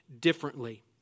differently